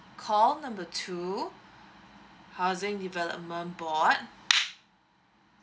call number two housing development board